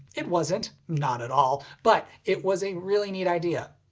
it wasn't, not at all, but it was a really neat idea.